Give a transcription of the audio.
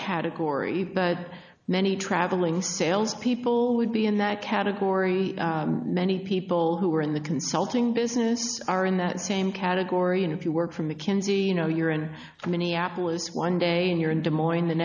category but many traveling sales people would be in that category many people who are in the consulting business are in that same category and if you work for mckinsey you know you're in minneapolis one day and you're in des moines the